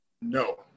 No